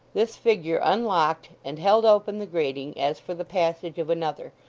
this figure unlocked and held open the grating as for the passage of another,